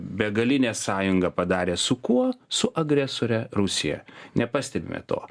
begalinę sąjungą padarė su kuo su agresore rusija nepastebime to